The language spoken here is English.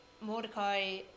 Mordecai